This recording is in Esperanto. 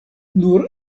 nur